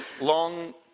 long